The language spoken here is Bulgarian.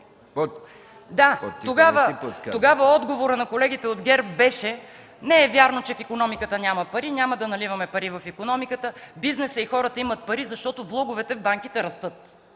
тогава отговорът на колегите от ГЕРБ беше: „Не е вярно, че в икономиката няма пари. Няма да наливаме пари в икономиката. Бизнесът и хората имат пари, защото влоговете в банките растат!